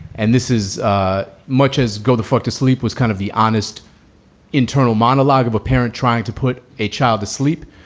and this is ah much as go the fuck to sleep was kind of the honest internal monologue of a parent trying to put a child to sleep.